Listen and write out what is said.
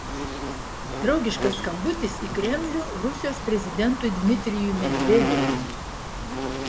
draugiškas skambutis į kremlių rusijos prezidentui dmitrijui medvedevui